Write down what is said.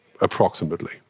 approximately